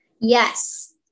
Yes